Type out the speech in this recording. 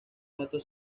datos